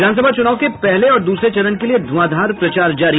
विधानसभा चुनाव के पहले और दूसरे चरण के लिये धुंआधार प्रचार जारी